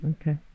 Okay